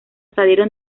salieron